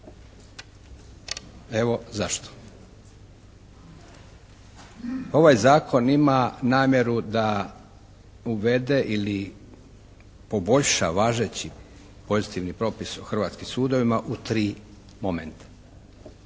Evo zašto. Ovaj zakon ima namjeru da uvede ili poboljša važeći pozitivni propis o hrvatskim sudovima u tri momenta.